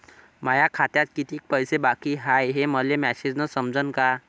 माया खात्यात कितीक पैसे बाकी हाय हे मले मॅसेजन समजनं का?